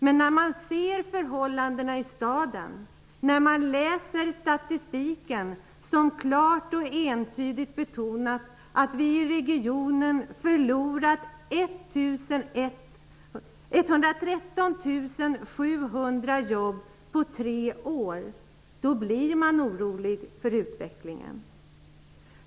Men när man ser förhållandena i staden, när man läser statistiken, som klart och entydigt betonar att vi i regionen förlorat 113 700 jobb på tre år, blir man orolig för utvecklingen.